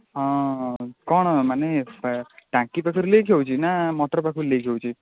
ହଁ କ'ଣ ମାନେ ଟାଙ୍କି ପାଖରୁ ଲିକ୍ ହେଉଛି ନା ମୋଟର ପାଖରୁ ଲିକ୍ ହେଉଛି